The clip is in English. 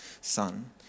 son